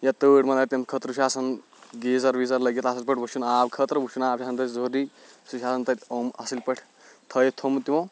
یا تۭر مہ لگہِ تَمہِ خٲطرٕ چھُ آسان گیٖزر ویٖزر لٲگِتھ اَصٕل پٲٹھۍ وُشُن آب خٲطرٕ وُشُن آب چھُ آسان تَتہِ ضروٗری سُہ چھُ آسان تَتہِ اصٕل پٲٹھۍ تھٲیِتھ تھوٚومُت تِمو